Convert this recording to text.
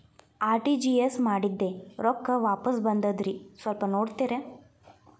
RTGS ಮಾಡಿದ್ದೆ ರೊಕ್ಕ ವಾಪಸ್ ಬಂದದ್ರಿ ಸ್ವಲ್ಪ ನೋಡ್ತೇರ?